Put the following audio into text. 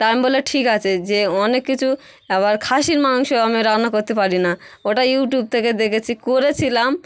তা আমি বললাম ঠিক আছে যে অনেক কিছু আবার খাসির মাংস আমি রান্না করতে পারি না ওটা ইউটিউব থেকে দেখেছি করেছিলাম